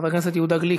חבר הכנסת יהודה גליק?